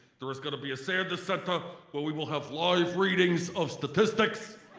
there is gonna be a sanders center where we will have live readings of statistics